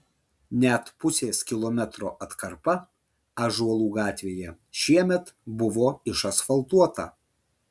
net pusės kilometro atkarpa ąžuolų gatvėje šiemet buvo išasfaltuota